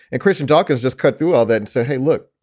and christian talk is just cut through all that and say, hey, look,